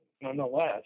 nonetheless